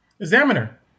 Examiner